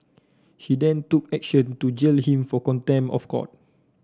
she then took action to jail him for contempt of court